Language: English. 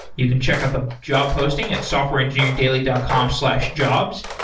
you can check out the job posting at softwareengineeringdaily dot com slash jobs,